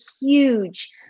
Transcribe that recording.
huge